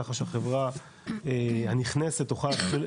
ככה שהחברה הנכנסת תוכל,